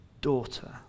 Daughter